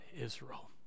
Israel